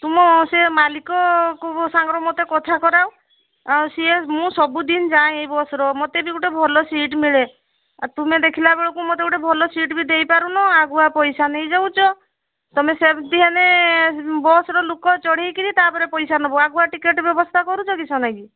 ତୁମ ସେ ମାଲିକ କୁ ସାଙ୍ଗରେ ମୋତେ କଥା କରାଅ ଆଉ ସିଏ ମୁଁ ସବୁଦିନ ଯାଏ ଏଇ ବସର ମୋତେ ବି ଗୋଟେ ଭଲ ସିଟ୍ ମିଳେ ଆଉ ତୁମେ ଦେଖିଲା ବେଳକୁ ମୋତେ ଗୋଟେ ଭଲ ସିଟ୍ ବି ଦେଇପାରୁନ ଆଗୁଆ ପଇସା ନେଇ ଯାଉଛ ତୁମେ ସେମିତି ହେନେ ବସରେ ଲୋକ ଚଢ଼େଇକରି ତା'ପରେ ପଇସା ନେବ ଆଗୁଆ ଟିକେଟ୍ ବ୍ୟବସ୍ଥା କରୁଛ କିସ ନାଇକି